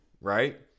right